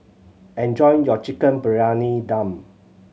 enjoy your Chicken Briyani Dum